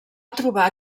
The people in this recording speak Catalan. trobar